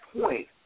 point